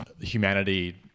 humanity